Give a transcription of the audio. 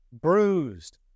bruised